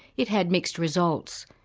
it had mixed results.